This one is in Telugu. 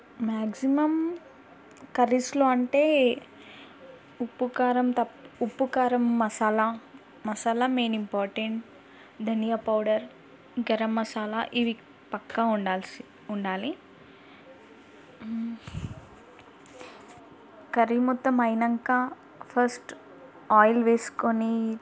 మ్యాక్జిమమ్ కర్రీస్లో అంటే ఉప్పు కారం తప్ ఉప్పు కారం masala masala main important dhaniya powder garam masala ఇవి పక్కా ఉండాల్సి ఉండాలి కర్రీ మొత్తం అయ్యాక ఫస్ట్ ఆయిల్ వేసుకొని